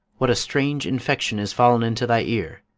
what a strange infection is fall'n into thy ear!